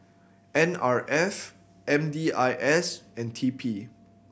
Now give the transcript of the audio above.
N R F M D I S and T P